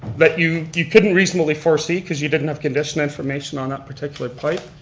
that you you couldn't reasonably foresee cause you didn't have condition information on that particular pipe.